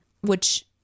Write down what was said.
which-